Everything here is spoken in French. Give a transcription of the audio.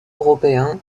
européen